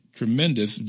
tremendous